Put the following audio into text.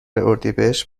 اردیبهشت